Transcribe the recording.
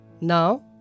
Now